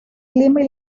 clima